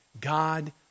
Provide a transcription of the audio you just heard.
God